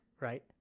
right